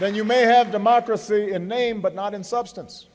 then you may have democracy in name but not in substance